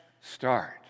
start